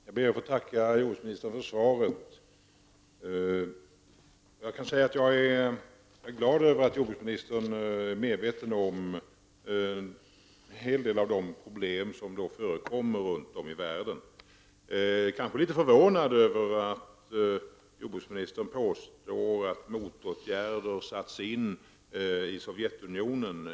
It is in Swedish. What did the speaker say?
Herr talman! Jag ber att få tacka jordbruksministern för svaret. Jag är glad över att jordbruksministern är medveten om en hel del av de problem som förekommer runt om i världen. Jag är däremot kanske litet förvånad över att jordbruksministern hävdar att motåtgärder har satts in i Sovjetunionen.